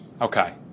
Okay